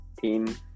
team